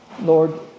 Lord